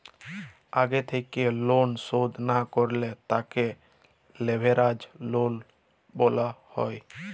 আগে থেক্যে লন শধ না করলে তাকে লেভেরাজ লন বলা হ্যয়